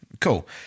Cool